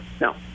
no